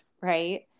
right